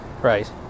Right